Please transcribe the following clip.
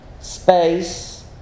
space